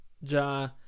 Ja